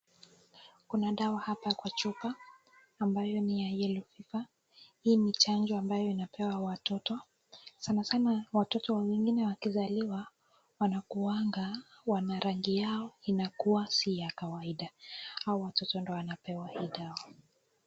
Kuna dawa hapa kwa chupa ambayo ni ya yellow fever , hii ni chanjo ambayo inapewa watoto. Sanasana watoto wengine wakizaliwa wana kuwanga wana rangi yao inakua si ya kawaida. Hawa watoto ndio wanapewa hii dawa.